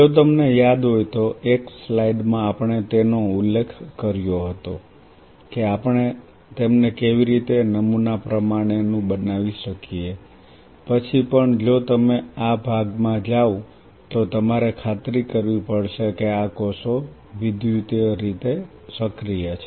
જો તમને યાદ હોય તો એક સ્લાઇડમાં આપણે તેનો ઉલ્લેખ કર્યો છે કે આપણે તેમને કેવી રીતે નમૂના પ્રમાણેનું બનાવી શકીએ પછી પણ જો તમે આ ભાગમાં જાવ તો તમારે ખાતરી કરવી પડશે કે આ કોષો વિદ્યુતીય રીતે સક્રિય છે